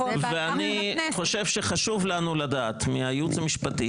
ואני חושב שחשוב לנו לדעת מהייעוץ המשפטי